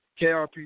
KRP